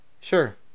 Sure